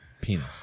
Penis